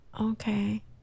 okay